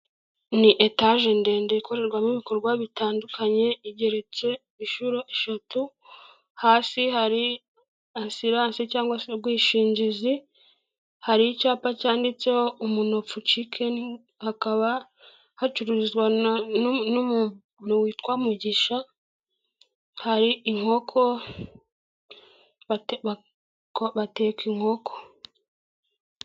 Ni etage ndende ikorerwamo ibikorwa bitandukanye, igereretse inshuro eshatu, hasi hari asiranse cyangwa se ubwishingizi, hari icyapa cyanditseho umunopfo cikeni, hakaba hacuruzwa n'umu witwa Mugisha, hari inkoko, bateka inkoko.